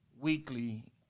weekly